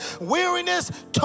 weariness